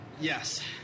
Yes